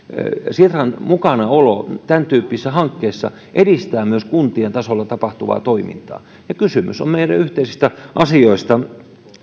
sitran mukanaolo tämäntyyppisissä hankkeissa edistää myös kuntien tasolla tapahtuvaa toimintaa ja kysymys on meidän yhteisistä asioista